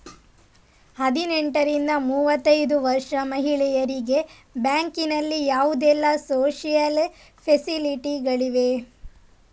ಹದಿನೆಂಟರಿಂದ ಮೂವತ್ತೈದು ವರ್ಷ ಮಹಿಳೆಯರಿಗೆ ಬ್ಯಾಂಕಿನಲ್ಲಿ ಯಾವುದೆಲ್ಲ ಸೋಶಿಯಲ್ ಫೆಸಿಲಿಟಿ ಗಳಿವೆ?